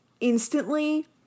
Instantly